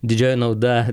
didžioji nauda